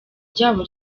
ryabo